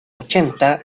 ochenta